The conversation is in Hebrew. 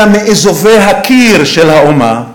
אלא מאזובי הקיר של האומה,